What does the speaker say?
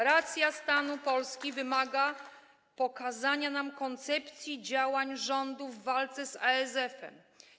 Racja stanu Polski wymaga przedstawienia nam koncepcji działań rządu w walce z ASF-em.